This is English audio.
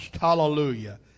Hallelujah